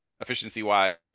Efficiency-wise